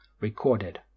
Recorded